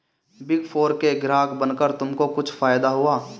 Big four के ग्राहक बनकर तुमको कुछ फायदा हुआ?